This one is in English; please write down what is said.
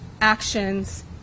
actions